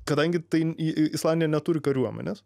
kadangi tai islandija neturi kariuomenės